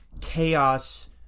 chaos